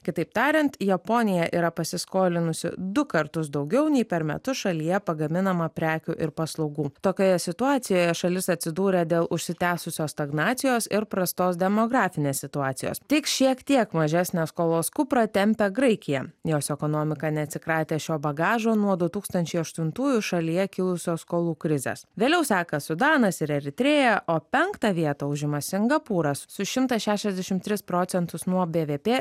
kitaip tariant japonija yra pasiskolinusi du kartus daugiau nei per metus šalyje pagaminama prekių ir paslaugų tokioje situacijoje šalis atsidūrė dėl užsitęsusios stagnacijos ir prastos demografinės situacijos tik šiek tiek mažesnę skolos kuprą tempia graikija jos ekonomika neatsikratė šio bagažo nuo du tūkstančiai aštuntųjų šalyje kilusios skolų krizės vėliau seka sudanas ir eritrėja o penktą vietą užima singapūras su šimtą šešiasdešim tris procentus nuo bvp